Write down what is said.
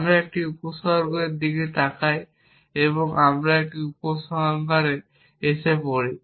আমরা একটি উপসর্গের দিকে তাকাই এবং আমরা একটি উপসংহারে এসে পড়ি